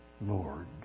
Lord